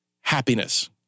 happiness